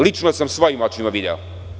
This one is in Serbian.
Lično sam svojim očima video.